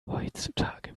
heutzutage